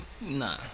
Nah